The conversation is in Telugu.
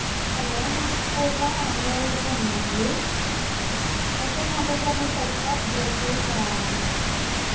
హలో మా స్కూల్లో యాన్యువల్ డే ఉందండి అయితే నాకు కొన్ని సెట్ ఆఫ్ డ్రెస్సెస్ కావాలి అండి